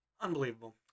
Unbelievable